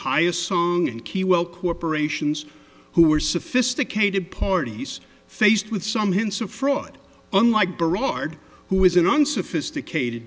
highest song and key well corporations who were sophisticated parties faced with some hints of fraud unlike berard who is an unsophisticated